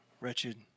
wretched